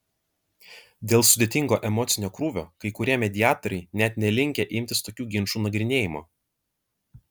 dėl sudėtingo emocinio krūvio kai kurie mediatoriai net nelinkę imtis tokių ginčų nagrinėjimo